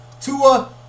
Tua